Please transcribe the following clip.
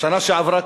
בשנה שעברה,